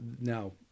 now